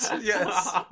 yes